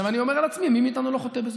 אני אומר על עצמי: מי מאיתנו לא חוטא בזה?